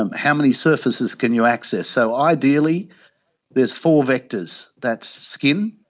um how many surfaces can you access. so, ideally there is four vectors that's skin,